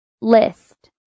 List